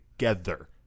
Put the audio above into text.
Together